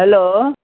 hello